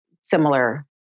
similar